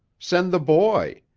send the boy!